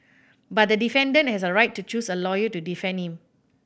but the defendant has a right to choose a lawyer to defend him